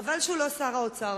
חבל שהוא לא שר האוצר,